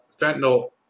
fentanyl